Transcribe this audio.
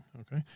Okay